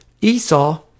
Esau